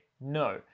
no